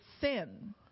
sin